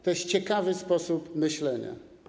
To jest ciekawy sposób myślenia.